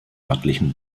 örtlichen